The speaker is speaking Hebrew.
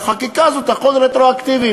שביקש שהחקיקה הזאת תחול רטרואקטיבית.